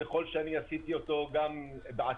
ככל שאני עשיתי אותו גם בעקיפין.